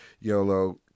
Yolo